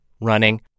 running